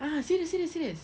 ah serious serious serious